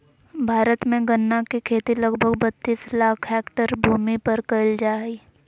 भारत में गन्ना के खेती लगभग बत्तीस लाख हैक्टर भूमि पर कइल जा हइ